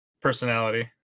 personality